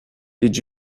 did